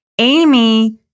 Amy